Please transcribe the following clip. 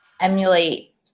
emulate